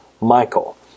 Michael